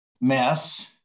mess